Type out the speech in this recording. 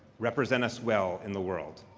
represent us well in the world.